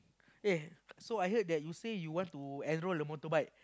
eh so I heard that you say you want to enrol a motorbike